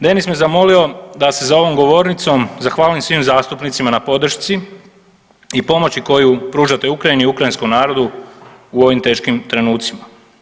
Denis me zamolio da se za ovom govornicom zahvalim svim zastupnicima na podršci i pomoći koju pružate Ukrajini i ukrajinskom narodu u ovim teškim trenucima.